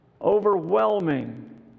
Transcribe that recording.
overwhelming